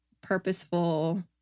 purposeful